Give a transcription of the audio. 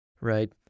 right